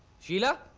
sheila!